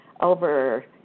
over